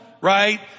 right